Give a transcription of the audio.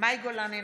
מאי גולן,